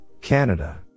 Canada